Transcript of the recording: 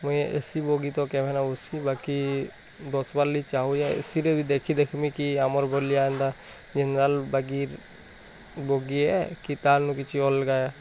ମୁଁ ଏ AC bogie ତ କ୍ୟାମେରା ଅସି ବାକି ବସ୍ବାର୍ ଲାଗି ଚାହୁଁଆ ଏସିରେ ବି ଦେଖି ଦେଖିମି କି ଆମର ବୋଲି ଆନ୍ଦା ଜିନ୍ଦାଲ୍ ବାଗି ବଗିଏ କି ତା ନୁ କିଛି ଅଲଗା